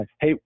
hey